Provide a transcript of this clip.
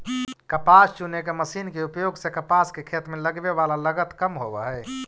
कपास चुने के मशीन के उपयोग से कपास के खेत में लगवे वाला लगत कम होवऽ हई